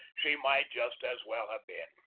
she might just as well have been.